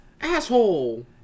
Asshole